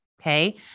Okay